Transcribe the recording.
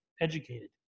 educated